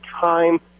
time